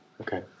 Okay